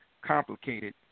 complicated